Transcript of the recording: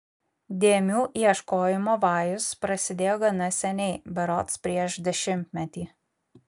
dėmių ieškojimo vajus prasidėjo gana seniai berods prieš dešimtmetį